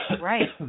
Right